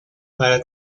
para